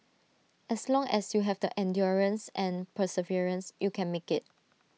as long as you have the endurance and perseverance you can make IT